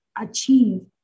achieve